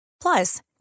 Plus